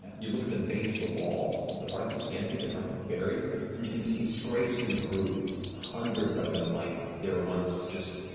you look at the base of the wall the parts that you can see that aren't buried and you can see scrapes and grooves. hundreds of them, like there were once